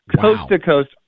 coast-to-coast